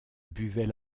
buvait